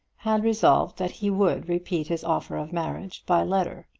had resolved that he would repeat his offer of marriage by letter.